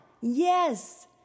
yes